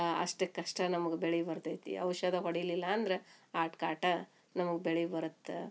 ಅಷ್ಟಕ್ಕಷ್ಟೇ ನಮಗ್ ಬೆಳೆ ಬರ್ತೈತಿ ಔಷಧಿ ಹೊಡಿಲಿಲ್ಲ ಅಂದ್ರೆ ಆಟ್ಕಾಟ ನಮಗ್ ಬೆಳೆ ಬರುತ್ತೆ